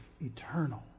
eternal